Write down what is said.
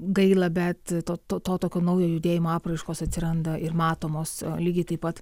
gaila bet to to tokio naujo judėjimo apraiškos atsiranda ir matomos o lygiai taip pat